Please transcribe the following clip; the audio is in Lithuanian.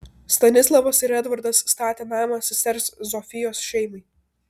stanislavas ir edvardas statė namą sesers zofijos šeimai